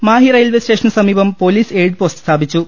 മാഹി റെയിൽവേസ്റ്റേഷനുസമീപം police aid post സ്ഥാപിച്ചു